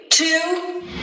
Two